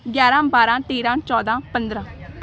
ਗਿਆਰਾਂ ਬਾਰਾਂ ਤੇਰਾਂ ਚੌਦਾਂ ਪੰਦਰਾਂ